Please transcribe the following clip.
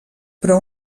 però